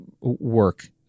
work